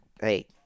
hey